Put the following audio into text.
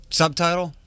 subtitle